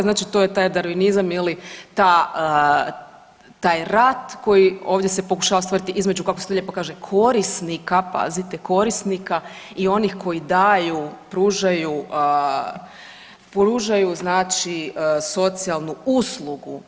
Znači to je taj darvinizam ili ta taj rat koji se ovdje pokušava stvoriti između kako se to lijepo kaže korisnika, pazite korisnika i onih koji daju, pružaju, pružaju znači socijalnu uslugu.